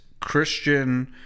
Christian